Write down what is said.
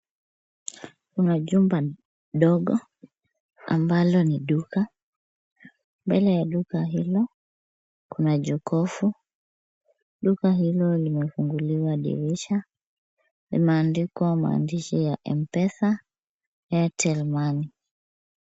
Kuna jumba dogo ambalo ni duka. Mbele ya duka hilo kuna jokofu. Duka hilo limefunguliwa dirisha. Limeandikwa maandishi ya M-pesa, Airtel Money.